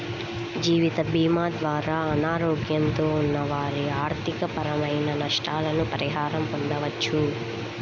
జీవితభీమా ద్వారా అనారోగ్యంతో ఉన్న వారి ఆర్థికపరమైన నష్టాలకు పరిహారం పొందవచ్చు